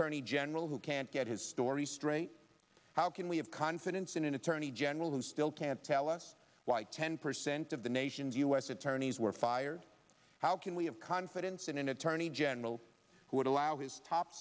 turn a general who can't get his story straight how can we have confidence in an attorney general who still can't tell us why ten percent of the nation's u s attorneys were fired how can we have confidence in an attorney general who would allow his top